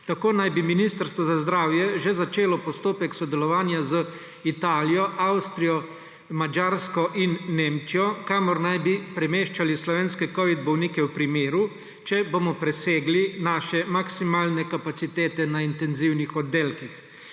Tako naj bi Ministrstvo za zdravje že začelo postopek sodelovanja z Italijo, Avstrijo, Madžarsko in Nemčijo, kamor naj bi premeščali slovenske covidne bolnike v primeru, če bomo presegli naše maksimalne kapacitete na intenzivnih oddelkih.